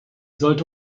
sollte